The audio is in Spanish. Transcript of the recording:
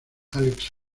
álex